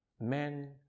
men